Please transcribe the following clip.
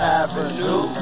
avenue